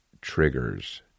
triggers